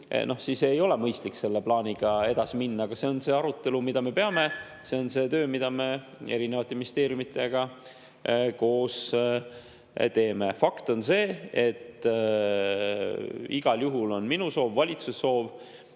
siis ei ole mõistlik selle plaaniga edasi minna. Aga see on see arutelu, mida me peame, see on see töö, mida me ministeeriumidega koos teeme. Fakt on see, et igal juhul on minu soov ja valitsuse soov